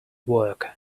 work